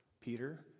Peter